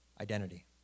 Identity